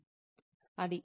అది